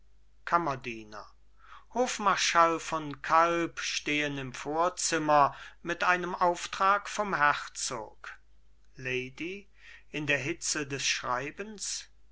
kammerdiener hofmarschall von kalb stehen im vorzimmer mit einem auftrag vom herzog lady